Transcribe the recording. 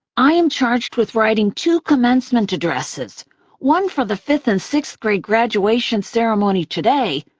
i am charged with writing two commencement addresses one for the fifth and sixth-grade graduation ceremony today,